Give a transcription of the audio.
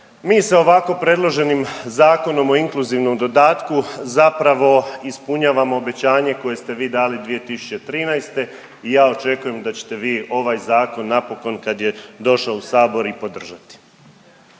Mi sa ovako predloženim zakonom o inkluzivnom dodatku zapravo ispunjavamo obećanje koje ste vi dali 2013. i ja očekujem da ćete vi ovaj zakon napokon kad je došao u Sabor i podržati.